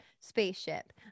spaceship